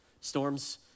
Storms